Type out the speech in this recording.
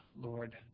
Lord